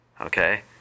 Okay